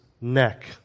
neck